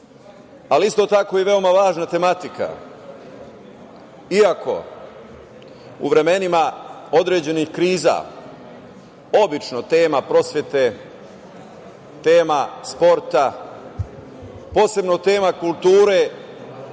ali isto tako veoma važna tematika, iako u vremenima određenih kriza, obično tema prosvete, tema sporta, posebno tema kulture